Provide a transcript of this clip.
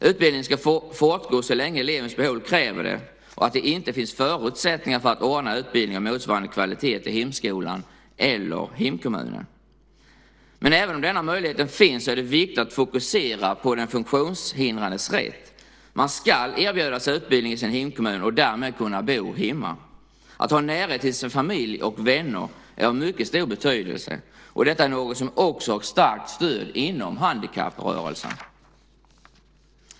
Utbildningen ska fortgå så länge elevens behov kräver det och det inte finns förutsättningar att ordna utbildning av motsvarande kvalitet i hemskolan eller hemkommunen. Men även om denna möjlighet finns är det viktigt att fokusera på den funktionshindrades rätt. Man skall erbjudas utbildning i sin hemkommun och därmed kunna bo hemma. Att ha närhet till sin familj och sina vänner är av mycket stor betydelse. Detta är något som också har starkt stöd inom handikapprörelsen.